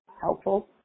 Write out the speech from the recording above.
helpful